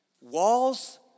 Walls